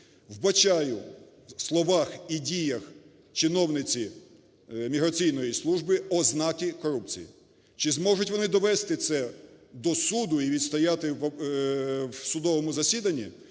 вбачаю в словах і діях чиновниці міграційної служби ознаки корупції. Чи зможуть вони довести це до суду і відстояти в судовому засіданні,